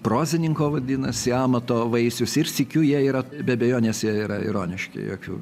prozininko vadinasi amato vaisius ir sykiu jie yra be abejonės jie yra ironiški jokių